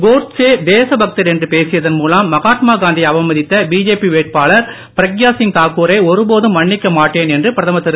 கோட்ஸே தேச பக்தர் என்று பேசியதன் மூலம் மகாத்மா காந்தி யை அவமதித்த பிஜேபி வேட்பாளர் பிராக்யாசிங் தாக்கூ ரை ஒரு போதும் மன்னிக்க மாட்டேன் பிரதமர் திரு